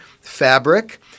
fabric